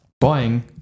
Buying